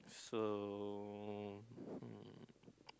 so hmm